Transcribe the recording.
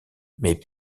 mais